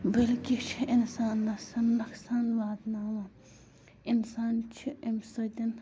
بلکہِ چھِ اِنسانَسَن نۄقصان واتناوان اِنسان چھِ اَمہِ سۭتۍ